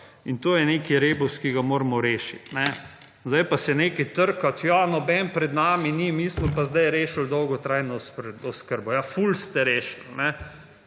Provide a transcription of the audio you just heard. in to je nek rebus, ki ga moramo rešiti. Zdaj pa se nekaj trkati, ja nobeden pred nami ni mislil, pa zdaj je rešil dolgotrajno oskrbo. Ja ful ste rešili.